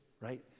right